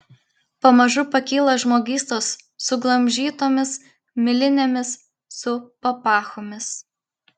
pamažu pakyla žmogystos suglamžytomis milinėmis su papachomis